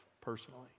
personally